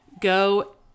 go